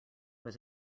was